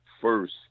first